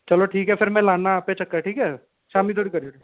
चलो ठीक ऐ फेर में लाना आपे चक्कर ठीक ऐ शामी धोड़ी करी ओड़ेओ